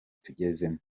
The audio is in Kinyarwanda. tugezemo